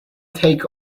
take